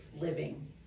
living